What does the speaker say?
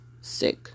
sick